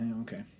Okay